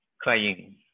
crying